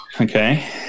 Okay